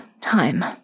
time